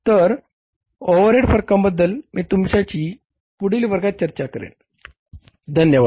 तर ओव्हरहेड फरकांबद्दल मी तुमच्याशी पुढील वर्गात चर्चा करेन धन्यवाद